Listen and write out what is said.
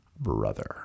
brother